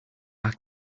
are